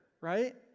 right